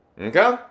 Okay